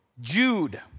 Jude